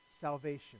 salvation